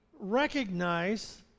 recognize